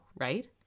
right